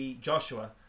Joshua